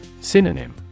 Synonym